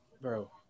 bro